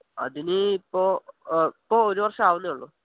അതിന് ഇപ്പോള് ഇപ്പോള് ഒരു വർഷമാവുന്നതേ ഉളളൂ